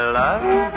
love